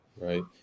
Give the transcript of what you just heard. Right